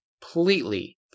completely